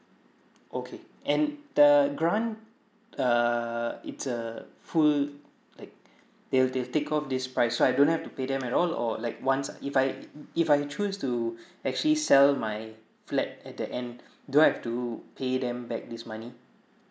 okay and the grant err it's a full like they'll they'll take off this price so I don't have to pay them at all or like once if I i~ if I choose to actually sell my flat at the end do I have to pay them back this money